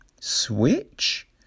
switch